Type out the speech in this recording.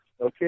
Okay